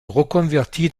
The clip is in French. reconvertit